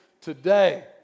Today